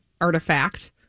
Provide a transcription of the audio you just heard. artifact